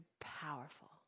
powerful